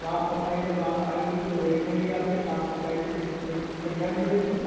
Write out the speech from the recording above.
साफ सफाई जब आप आएंगी तो देखेंगी आके साफ सफाई भी बढ़िया मिलेगी